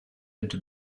into